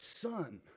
son